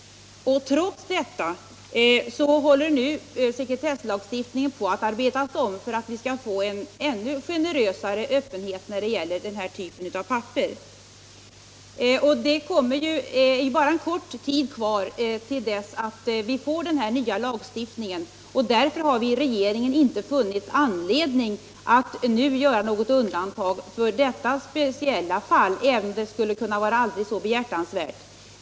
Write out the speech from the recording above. Trots detta håller nu sekretesslagstiftningen på att arbetas om för att vi skall få en ännu generösare öppenhet när det gäller denna typ av papper. Det är bara en kort tid kvar till dess vi får denna nya lagstiftning, och därför har vi i regeringen inte funnit anledning att nu göra något undantag för detta speciella fall, även om det skulle vara aldrig så behjärtansvärt.